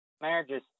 marriages